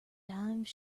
dimes